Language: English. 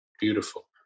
Beautiful